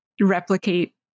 replicate